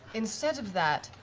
instead of that,